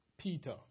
Peter